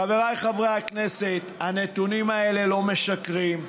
חבריי חברי הכנסת, הנתונים האלה לא משקרים.